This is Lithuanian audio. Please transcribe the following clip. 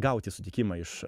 gauti sutikimą iš